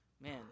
Man